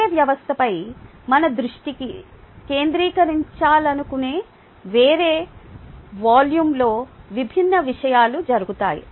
వేరే వ్యవస్థపై మన దృష్టిని కేంద్రీకరించాలనుకునే వేరే వాల్యూమ్లో విభిన్న విషయాలు జరుగుతాయి